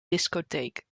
discotheek